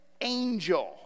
angel